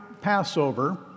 Passover